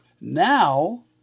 Now